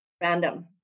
random